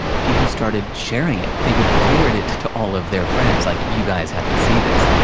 people started sharing it. they would forward it to all of their friends, like, you guys have to see this.